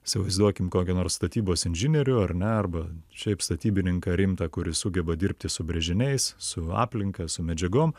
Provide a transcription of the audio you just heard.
įsivaizduokim kokį nors statybos inžinierių ar ne arba šiaip statybininką rimtą kuris sugeba dirbti su brėžiniais su aplinka su medžiagom